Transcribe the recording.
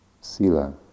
sila